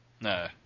No